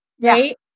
Right